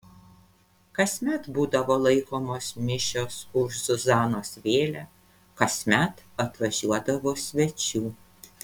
kasmet būdavo laikomos mišios už zuzanos vėlę kasmet atvažiuodavo svečių